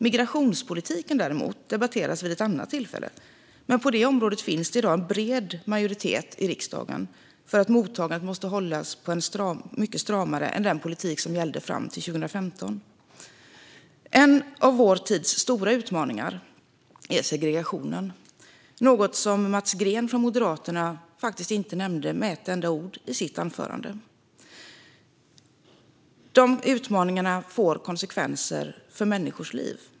Migrationspolitiken debatteras däremot vid ett annat tillfälle, men på det området finns i dag en bred majoritet i riksdagen för att mottagandet måste hållas mycket stramare än med den politik som gällde fram till 2015. En av vår tids stora utmaningar är segregationen, något som Mats Green från Moderaterna inte nämnde med ett enda ord i sitt anförande. Dessa utmaningar får konsekvenser för människors liv.